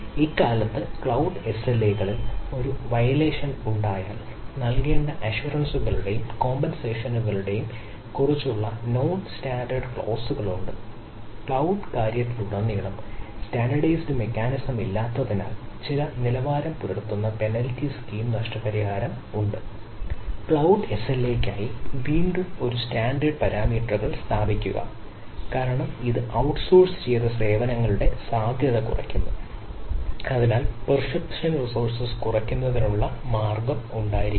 ഇക്കാലത്തെ cloud SLA കുറയ്ക്കുന്നതിനുള്ള മാർഗ്ഗം ഉണ്ടായിരിക്കണം